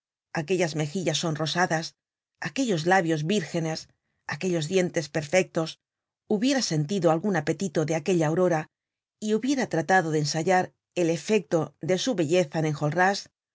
aquellas mejillas sonrosadas aquellos labios vírgenes aquellos dientes perfectos hubiera sentido algun apetito de aquella aurora y hubiera tratado de ensayar el efecto de su belleza en